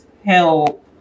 help